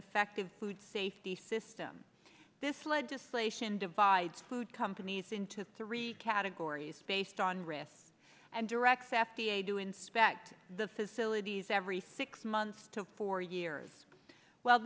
effective food safety system this legislation divides food companies into three categories based on risk and directs f d a to inspect the facilities ever six months to four years well